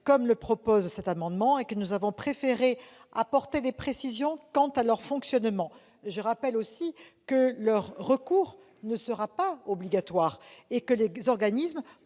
comme le prévoit cet amendement ; nous avons préféré apporter des précisions quant à leur fonctionnement. Je rappelle aussi que le recours à ces sociétés ne sera pas obligatoire : les organismes